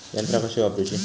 यंत्रा कशी वापरूची?